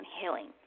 healing